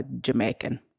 Jamaican